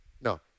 No